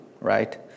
right